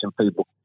people